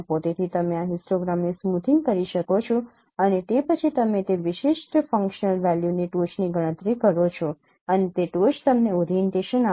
તેથી તમે પણ આ હિસ્ટોગ્રામને સ્મૂથિંગ કરી શકો છો અને તે પછી તમે તે વિશિષ્ટ ફંક્શનલ વેલ્યુની ટોચની ગણતરી કરો છો અને તે ટોચ તમને ઓરિએન્ટેશન આપશે